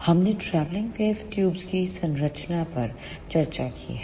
हमने helix travelling wave tubes की संरचना पर चर्चा की है